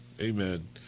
Amen